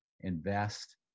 invest